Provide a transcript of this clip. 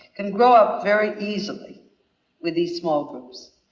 and grow up very easily with these small groups.